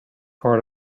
part